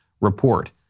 report